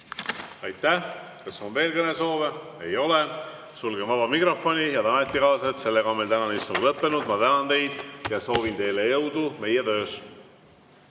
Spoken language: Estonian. Aitäh! Kas on veel kõnesoove? Ei ole. Sulgen vaba mikrofoni. Head ametikaaslased, sellega on meie tänane istung lõppenud. Ma tänan teid ja soovin teile jõudu meie töös.